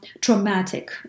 traumatic